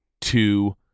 two